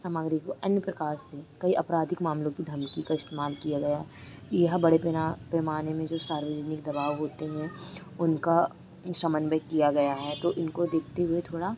सामग्री को अन्य प्रकार से कई अपराधिक मामलों की धमकी का इस्तेमाल किया गया यह बड़े पैना पैमाने में जो सार्वजनिक दबाव होते हैं उनका इं समन्वय किया गया है तो इनको देखते हुए थोड़ा